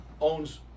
owns